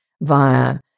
via